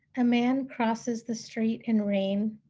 a man crosses the street in rain,